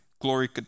Glory